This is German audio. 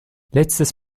letztes